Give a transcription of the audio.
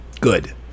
good